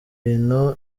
ibintu